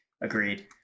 Agreed